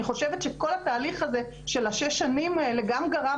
אני חושבת שכל התהליך הזה של השש שנים האלה גם גרם